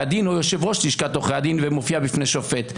הדין או יושב-ראש לשכת עורכי הדין ומופיע בפני שופט.